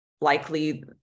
likely